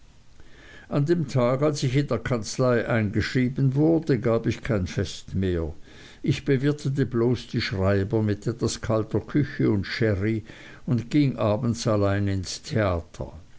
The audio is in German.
an dem tag als ich in der kanzlei eingeschrieben wurde gab ich kein fest mehr ich bewirtete bloß die schreiber mit etwas kalter küche und sherry und ging abends allein ins theater